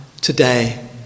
today